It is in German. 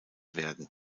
werden